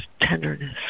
tenderness